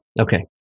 Okay